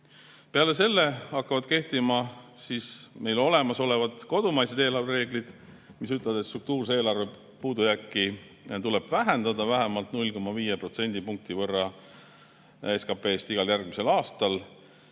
Peale selle hakkavad kehtima meil olemasolevad kodumaised eelarvereeglid, mis ütlevad, et struktuurset eelarvepuudujääki tuleb vähendada vähemalt 0,5 protsendipunkti SKP-st igal järgmisel aastal,